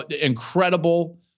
incredible